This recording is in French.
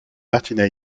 martina